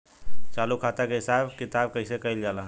चालू खाता के हिसाब किताब कइसे कइल जाला?